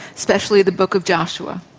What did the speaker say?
especially the book of joshua.